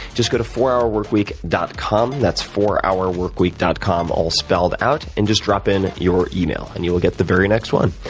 just go to fourhourworkweek dot com. that's fourhourworkweek dot com, all spelled out, and just drop in your email, and you will get the very next one.